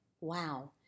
wow